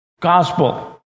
gospel